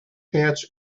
patch